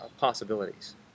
possibilities